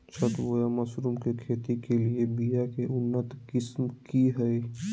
छत्ता बोया मशरूम के खेती के लिए बिया के उन्नत किस्म की हैं?